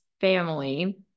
family